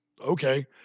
okay